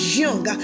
young